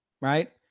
Right